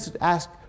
ask